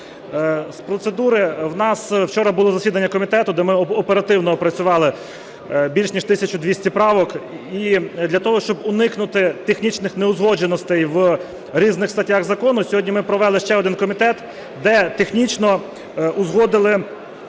З процедури, у нас вчора було засідання комітету, де ми оперативно опрацювали більше ніж 1200 правок. І для того, щоб уникнути технічних неузгодженостей в різних статтях закону, сьогодні ми провели ще один комітет, де технічно узгодили